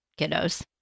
kiddos